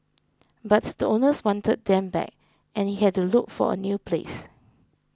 but the owners wanted them back and he had to look for a new place